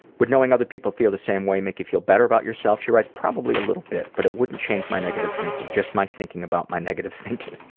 would knowing other people feel the same way make you feel better about yourself? she writes, probably a little bit, but it wouldn't change my negative thinking, just my thinking about my negative thinking. i